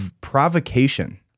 provocation